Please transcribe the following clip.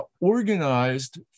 organized